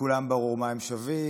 לכולם ברור מה הם שווים.